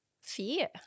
fear